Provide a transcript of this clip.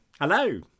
hello